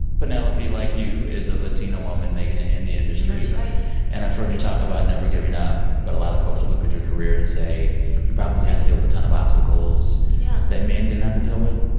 penelope, like you, is a latina woman making it in the industry that's right and i've heard you talk about never giving up, but a lot of folks would look at your career and say you probably had to deal with a ton of obstacles. yeah. that men didn't have to deal with.